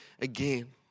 again